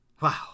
wow